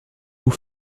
aux